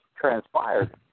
transpired